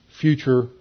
future